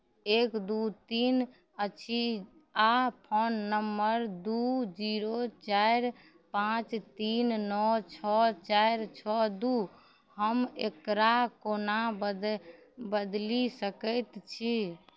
एक दुइ तीन अछि आओर फोन नम्बर दुइ जीरो चारि पाँच तीन नओ छओ चारि छओ दुइ हम एकरा कोना बदै बदलि सकै छी